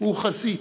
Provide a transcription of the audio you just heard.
הוא חזית.